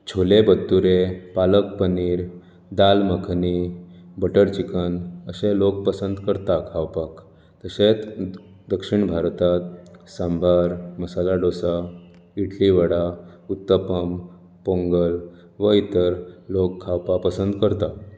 chole bhature palak paneer dal makhani butter chicken अशे लोक पसंत करतात खावपाक तशेंच दक्षीण भारतांत सांबार मसाला डोसा इडली वडा उत्तपम पोंगल व इतर लोक खावपाक पसंत करतात